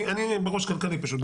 אני בראש כלכלי פשוט,